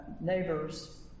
neighbors